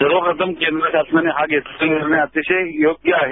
सर्वप्रथम केंद्रशासनानेहा घेतलेला निर्णय अतिशय योग्य आहे